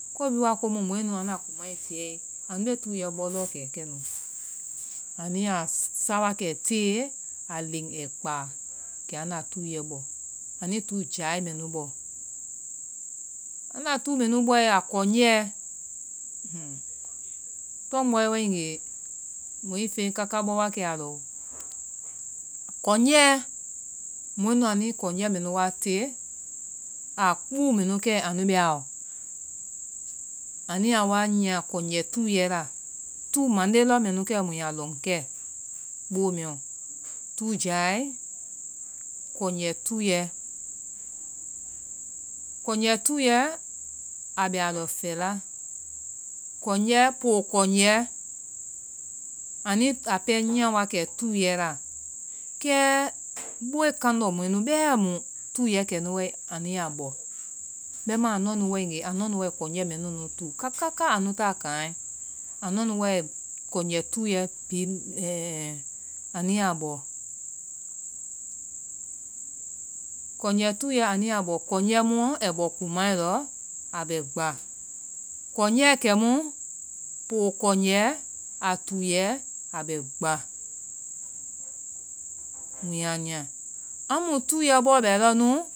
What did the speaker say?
Ko bihi wa komu mɔɛ nu anda kumae tiyɛee, anu bee tuuyɛ bɔ lɔɔ kɛkɛnu anuiyaa sa wakɛ tee, a leŋ ai kpaa kɛ anda tuuyɛ bɔ, anui tuu jaae mɛnu bɔ anda tuu mɛnu bɔe, a kɔnjɛ huu, tɔngbɔɛ a lɔ. Kɔnjɛɛ mɔɛ nu anui kɔnjɛɛ wa te, aa kuu mɛnu kɛ a lɔ. anuyaa wa nyia kɔnjɛ tuuyɛ la. tuu mande lɔ mɛnu kɛ muyaa lɔn kɛ boo mɛɛ lɔ ke, boo mɛɛ lɔ. tuu jaae, kɔnjɛ tuuyɛ, kɔnjɛ tuuyɛ, a bɛ a lɔ fɛla. Kɔnjɛ, poo kɔnjɛ, anui a pɛɛ nyia wa kɛ tuuyɛ la. kɛ booe kandɔ mɔɛ nu bɛɛ a mu kɛ tuunyɛ kɛnu wae anuyaa bɔ. bɛimaa anuanu waegee, anua nu wai kɔnjɛ mɛnu kaka anu ta kaŋɛ anuanu wai kɔnjɛ tuu anuyaa bɔ. kɔnjɛ tuuyɛ anuyaa bɔ, kɔnjɛ mu ai bɔ kumaee lɔ, a bɛ gba, kɔnjɛɛ kɛmu poo kɔnjɛ, a tuuyɛ a bɛ gba. mu yaa nyia amu tuuyɛ bɔɔ bɛ lɔ nu.